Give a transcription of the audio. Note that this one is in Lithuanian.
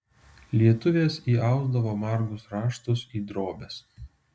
lietuvės įausdavo margus raštus į drobes